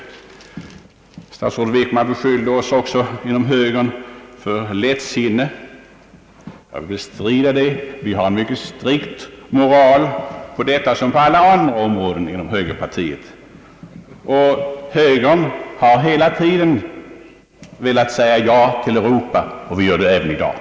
Statsrådet Wickman beskyllde också oss inom högerpartiet för lättsinne. Jag bestrider det. Vi har en mycket strikt moral på detta liksom på alla andra områden. Högern har hela tiden velat säga ja till Europa och gör det även i dag.